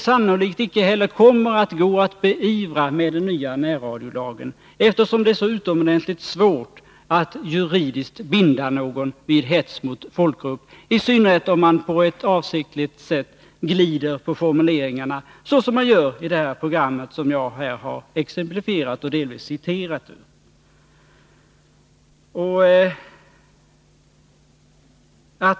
Sannolikt kommer de inte heller att kunna beivras med den nya radiolagen, eftersom det är så utomordentligt svårt att juridiskt binda någon för hets mot folkgrupp. I synnerhet är det svårt när man avsiktligt glider på formuleringarna, såsom man gör i det program som jag har tagit exempel från och delvis citerat ur.